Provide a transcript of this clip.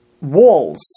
walls